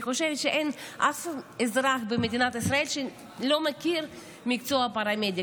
אני חושבת שאין אף אזרח במדינת ישראל שלא מכיר את מקצוע הפרמדיק.